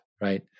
right